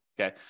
Okay